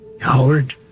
Howard